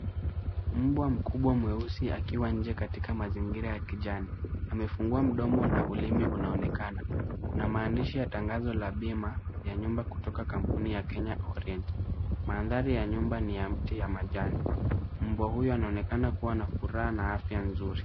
Mbwa mkubwa mweusi akiwa nje katika mazingira ya kijani. Amefungua mdomo na ulimi unaonekana. Kuna maandishi ya tangazo la bima ya nyumba kutoka kampuni ya Kenya Orientation. Mandhari ya nyumba ni ya mti ya majani. Mbwa huyu anaonekana kuwa na afya na furaha nzuri.